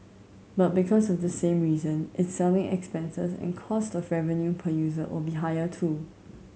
but because of this same reason its selling expenses and cost of revenue per user will be higher too